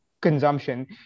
consumption